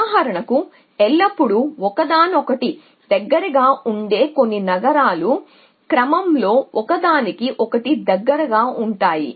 ఉదాహరణకు కొన్ని నగరాలు ఎల్లప్పుడూ ఒకదానికొకటి దగ్గరగా ఉండేవి ఆ క్రమంలో ఒక్కొక్కటిగా ఉంటాయి